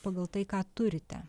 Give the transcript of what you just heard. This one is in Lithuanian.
pagal tai ką turite